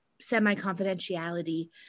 semi-confidentiality